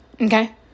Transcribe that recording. Okay